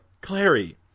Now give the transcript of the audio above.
Clary